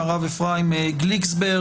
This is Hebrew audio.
הרב אפרים גליקסברג,